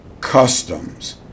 customs